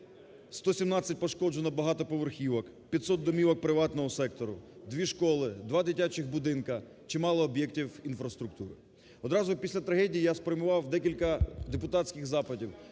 117 пошкоджено багато поверхівок, 500 домівок приватного сектору, дві школи, два дитячих будинки, чимало об'єктів інфраструктури. Одразу після трагедії я спрямував декілька депутатських запитів